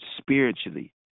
spiritually